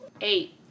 Eight